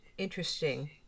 interesting